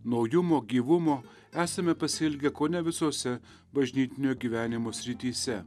naujumo gyvumo esame pasiilgę kone visose bažnytinio gyvenimo srityse